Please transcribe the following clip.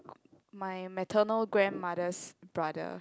my maternal grandmother's brother